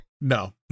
No